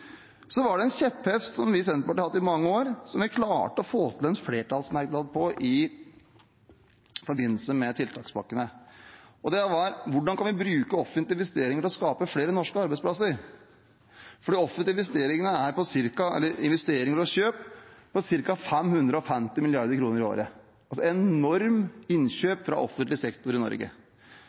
Så er det en kjepphest som vi i Senterpartiet har hatt i mange år, og som vi klarte å få til en flertallsmerknad om i forbindelse med tiltakspakkene. Det var: Hvordan kan vi bruke offentlige investeringer til å skape flere norske arbeidsplasser? Offentlige investeringer og kjøp er på ca. 550 mrd. kr i året. Det er altså enorme innkjøp fra offentlig sektor i Norge.